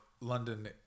London